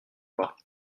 pas